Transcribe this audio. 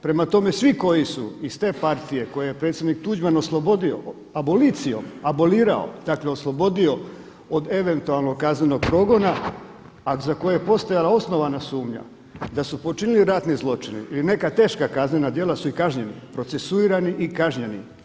Prema tome, svi koji su iz te partije koje je predsjednik Tuđman oslobodio abolicijom, abolirao, dakle oslobodio od eventualnog kaznenog progona a za koje je postojala osnovana sumnja da su počinili ratne zločine ili neka teška kaznena djela su i kažnjeni, procesuirani i kažnjeni.